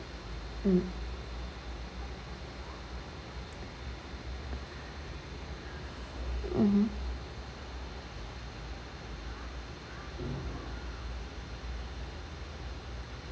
mm mm